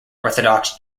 orthodox